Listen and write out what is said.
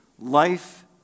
life